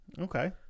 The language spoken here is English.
Okay